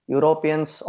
Europeans